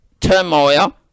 turmoil